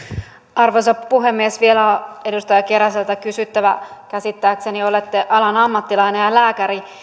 arvoisa puhemies vielä edustaja keräseltä on kysyttävä käsittääkseni olette alan ammattilainen ja lääkäri